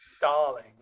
Darling